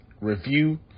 review